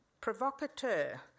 provocateur